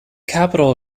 capital